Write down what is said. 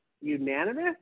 unanimous